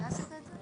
אני הראשון